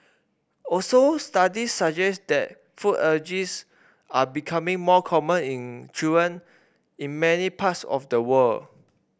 also studies suggest that food allergies are becoming more common in children in many parts of the world